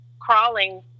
crawling